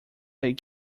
that